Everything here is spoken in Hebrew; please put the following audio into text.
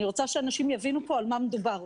אני רוצה שאנשים יבינו פה על מה מדובר.